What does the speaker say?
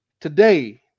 today